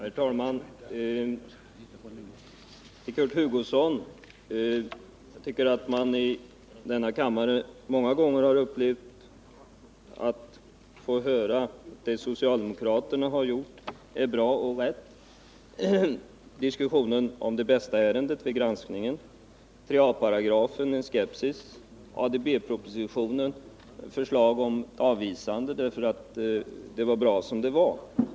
Herr talman! Jag vill först vända mig till Kurt Hugosson och säga att jag tycker att vi alltför många gånger i denna kammare får höra att det som socialdemokraterna har gjort är bra och rätt. Nu kom detta till uttryck i samband med diskussionen om granskningen av Det Bästa-ärendet. När det gäller 3 a § uttalade han skepsis, och ADB-propositionens förslag avvisade han, eftersom förhållandena var bra som de var.